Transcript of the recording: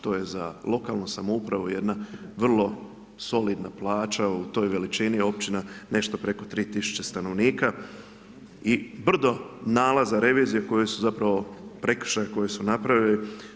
To je za lokalnu samoupravu, jedna vrlo solidna plaća, u toj veličini općina nešto preko 3000 stanovnika i brdo nalaza, revizije koje su zapravo prekršaj koje su napravili.